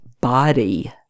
body